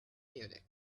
munich